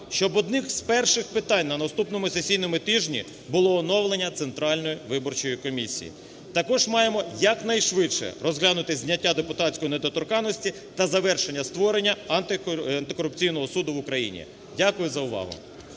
щоб одним з перших питань на наступному сесійному тижні було оновлення Центральної виборчої комісії. Також маємо якнайшвидше розглянути зняття депутатської недоторканності та завершення створення антикорупційного суду в Україні. Дякую за увагу.